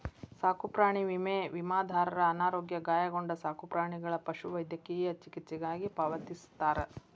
ಸಾಕುಪ್ರಾಣಿ ವಿಮೆ ವಿಮಾದಾರರ ಅನಾರೋಗ್ಯ ಗಾಯಗೊಂಡ ಸಾಕುಪ್ರಾಣಿಗಳ ಪಶುವೈದ್ಯಕೇಯ ಚಿಕಿತ್ಸೆಗಾಗಿ ಪಾವತಿಸ್ತಾರ